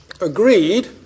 agreed